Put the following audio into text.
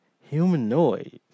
humanoids